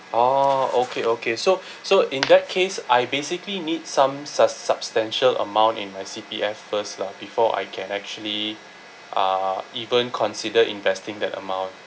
oh okay okay so so in that case I basically need some su~ substantial amount in my C_P_F first lah before I can actually uh even consider investing that amount